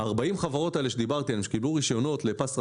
40 החברות אלה שדיברתי עליהן שקיבלו רישיונות לפס רחב,